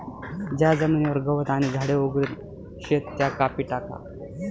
ज्या जमीनवर गवत आणि झाडे उगेल शेत त्या कापी टाका